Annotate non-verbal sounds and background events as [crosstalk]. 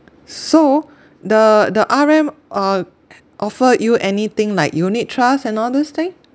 so the the R_M uh [noise] offer you anything like unit trusts and all those thing